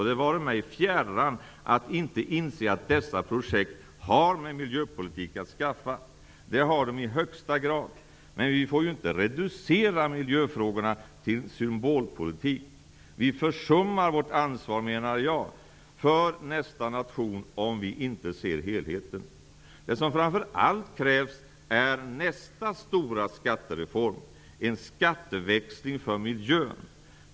Det vare mig fjärran att inte inse att dessa projekt har med miljöpolitik att skaffa. Det har de i högsta grad! Men vi får inte reducera miljöfrågorna till symbolpolitik. Vi försummar vårt ansvar för nästa generation om vi inte ser helheten. Det som framför allt krävs är nästa stora skattereform -- en skatteväxling för miljön.